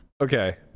Okay